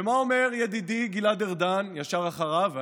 ומה אומר ידידי גלעד ארדן, ישר אחריו?